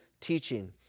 teaching